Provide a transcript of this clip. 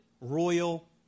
royal